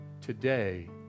today